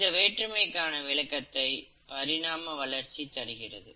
இந்த வேற்றுமைக்கான விளக்கத்தை பரிணாம வளர்ச்சி தருகிறது